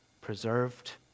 preserved